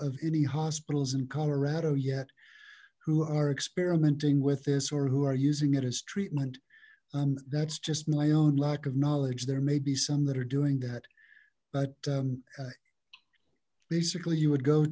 of any hospitals in colorado yet who are experimenting with this or who are using it as treatment that's just my own lack of knowledge there may be some that are doing that but basically you would go